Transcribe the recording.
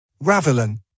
Ravelin